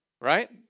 Right